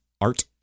art